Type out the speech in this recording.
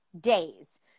days